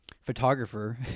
photographer